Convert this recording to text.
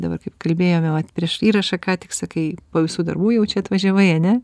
dabar kaip kalbėjome vat prieš įrašą ką tik sakai po visų darbų jau čia atvažiavai ane